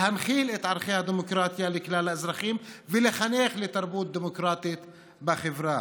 להנחיל את ערכי הדמוקרטיה לכלל האזרחים ולחנך לתרבות דמוקרטית בחברה.